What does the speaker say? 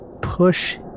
push